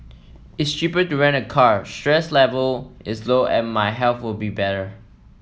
it's cheaper to rent a car stress level is lower and my health will be better